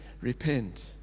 repent